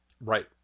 Right